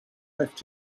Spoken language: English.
left